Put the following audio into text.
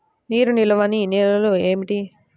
నీరు నిలువని నేలలు ఏమిటి?